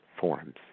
forms